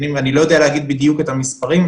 אני לא יודע להגיד בדיוק את המספרים,